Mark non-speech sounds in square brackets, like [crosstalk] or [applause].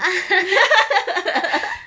[laughs]